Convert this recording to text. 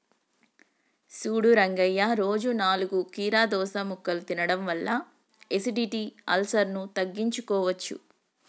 సూడు రంగయ్య రోజు నాలుగు కీరదోస ముక్కలు తినడం వల్ల ఎసిడిటి, అల్సర్ను తగ్గించుకోవచ్చు